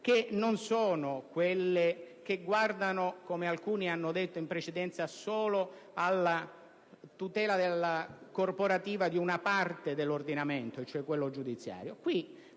che non guardano solo, come alcuni hanno detto in precedenza, alla tutela corporativa di una parte dell'ordinamento, quello giudiziario.